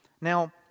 Now